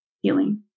healing